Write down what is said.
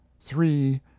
three